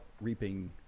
reaping